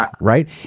right